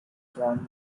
surrender